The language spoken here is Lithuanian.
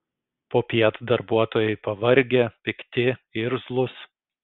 popiet darbuotojai pavargę pikti irzlūs